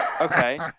Okay